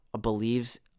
believes